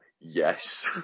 yes